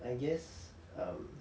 I guess um